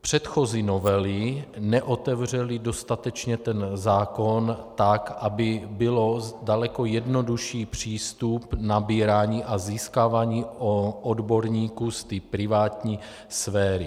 předchozí novely neotevřely dostatečně ten zákon tak, aby byl daleko jednodušší přístup nabírání a získávání odborníků z privátní sféry.